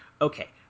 okay